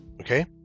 Okay